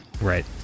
Right